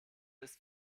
ist